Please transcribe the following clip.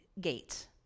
gate